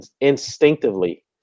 instinctively